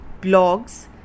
blogs